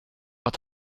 att